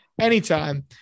anytime